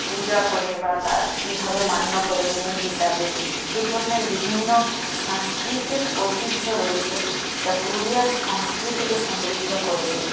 পূজা করে বা তার কীভাবে মান্য করে মেয়ে হিসাবে এ ধরনের বিভিন্ন সাংস্কৃতিক ঐতিহ্য রয়েছে যা পুরুলিয়ার সংস্কৃতিকে সমৃদ্ধ করেছে